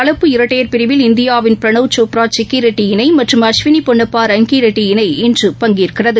கலப்பு இரட்டையர் பிரிவில் இந்தியாவின் பிரணவ் சோப்ரா சிக்கிரெட்டி இணைமற்றும் அஸ்வினிபொன்னப்பா ரன்கிரெட்டி இணை இன்று பங்கேற்கிறது